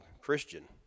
Christian